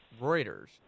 Reuters